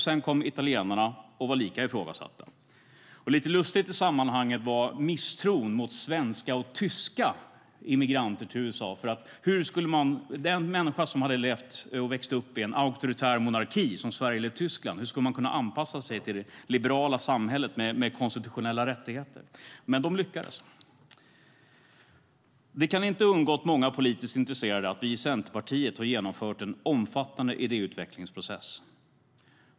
Sedan kom italienarna och var lika ifrågasatta. Lite lustigt i sammanhanget var misstron mot svenska och tyska immigranter till USA. Hur skulle den människa som hade växt upp i en auktoritär monarki som Sverige eller Tyskland kunna anpassa sig till det liberala samhället med konstitutionella rättigheter? Men de lyckades. Det kan inte ha undgått så många politiskt intresserade att vi i Centerpartiet har genomfört en omfattande idéutvecklingsprocess.